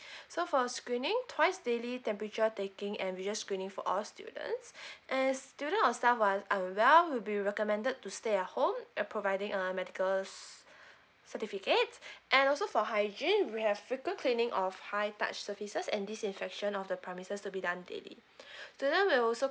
so for screening twice daily temperature taking and we just screening for all students and students or staff who are unwell will be recommended to stay at home uh providing a medical's certificate and also for hygiene we have frequent cleaning of high touch surfaces and disinfection of the promises to be done daily students will also